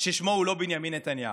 ששמו הוא לא בנימין נתניהו.